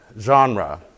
genre